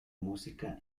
música